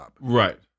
Right